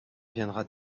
viendra